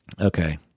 Okay